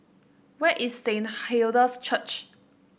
where is Saint Hilda's Church